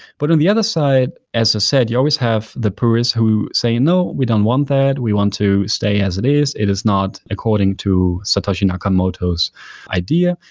but on the other side, as i ah said, you always have the purist who say, no we don't want that. we want to stay as it is. it is not according to satoshi nakamoto's idea.